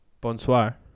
Bonsoir